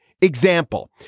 Example